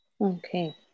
Okay